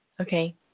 Okay